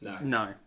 No